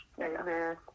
Amen